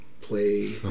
play